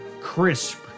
crisp